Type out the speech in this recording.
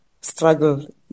struggle